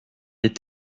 est